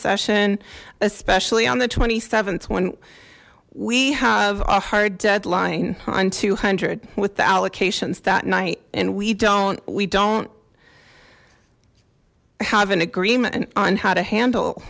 session especially on the th when we have a hard deadline on two hundred with the allocations that night and we don't we don't i have an agreement on how to handle